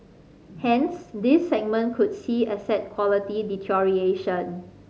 hence this segment could see asset quality deterioration